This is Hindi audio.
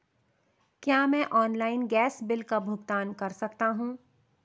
क्या मैं ऑनलाइन गैस बिल का भुगतान कर सकता हूँ?